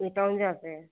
मितऊँ जहाँ पर है